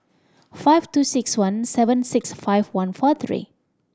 five two six one seven six five one four three